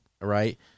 right